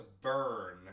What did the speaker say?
burn